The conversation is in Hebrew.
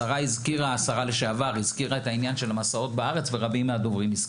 השרה לשעבר הזכירה את העניין של המסעות בארץ וכך גם רבים מהדוברים.